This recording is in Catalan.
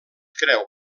creu